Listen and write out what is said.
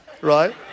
right